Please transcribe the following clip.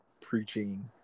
preaching